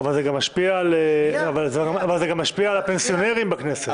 אבל זה גם משפיע על הפנסיונרים בכנסת,